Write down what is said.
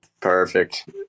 Perfect